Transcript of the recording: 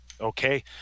okay